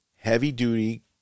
heavy-duty